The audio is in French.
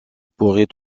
pourrait